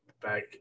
back